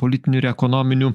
politinių ir ekonominių